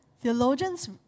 theologians